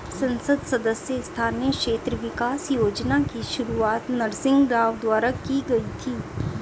संसद सदस्य स्थानीय क्षेत्र विकास योजना की शुरुआत नरसिंह राव द्वारा की गई थी